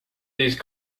these